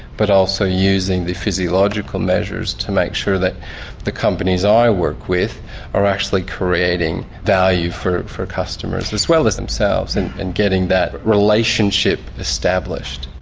but also using the physiological measures to make sure that the companies i work with are actually creating value for for customers as well as themselves and and getting that relationship established.